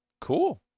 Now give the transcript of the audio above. Cool